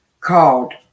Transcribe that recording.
called